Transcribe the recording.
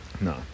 no